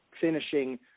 finishing